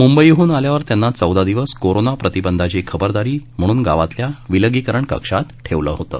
मुंबईहन आल्यावर त्यांना चौदा दिवस कोरोना प्रतिबंधाची खबरदारी म्हणून गावातल्या विलगीकरण कक्षात ठेवलं होतं